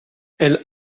elle